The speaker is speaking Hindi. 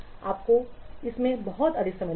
आपको इसमें बहुत अधिक समय लगेगा